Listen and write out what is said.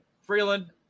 Freeland